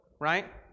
right